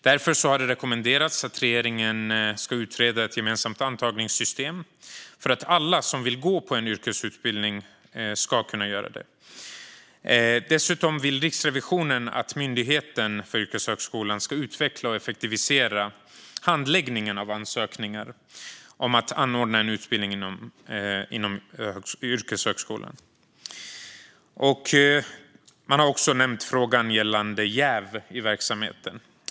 Därför har det rekommenderats att regeringen ska utreda ett gemensamt antagningssystem för att alla som vill gå på en yrkesutbildning ska kunna göra det. Dessutom vill Riksrevisionen att Myndigheten för yrkeshögskolan ska utveckla och effektivisera handläggningen av ansökningar om att anordna en utbildning inom yrkeshögskolan. Man har också nämnt frågan gällande jäv i verksamheten.